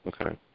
okay